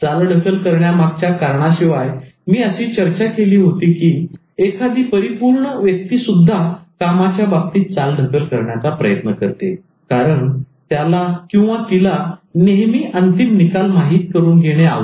चालढकल करण्यामागच्या कारणाशिवाय मी अशी चर्चा केली होती की एखादी 'परिपूर्ण' अशी व्यक्ती सुद्धा कामाच्या बाबतीत चालढकल करण्याचा प्रयत्न करते कारण त्याला नेहमी अंतिम निकाल माहीत करून घेणे आवडते